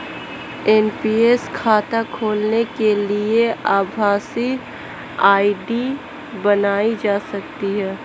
NPS खाता खोलने के लिए आभासी आई.डी बनाई जा सकती है